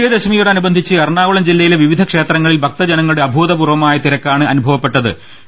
വിജയദശമിയോടനുബന്ധിച്ച് എറണാകുളം ജില്ലയിലെ വിവിധ ക്ഷേത്രങ്ങളിൽ ഭക്തജനങ്ങളുടെ അഭൂതപൂർവ്വമായ തിര ക്കാണ് അനുഭവപ്പെടുന്നത്